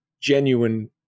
genuine